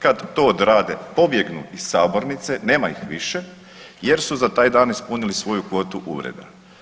Kada to odrade pobjegnu iz Sabornice, nema ih više jer su za taj dan ispunili svoju kvotu uvreda.